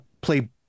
play